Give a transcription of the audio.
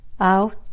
out